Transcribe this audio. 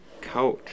couch